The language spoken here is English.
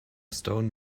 stone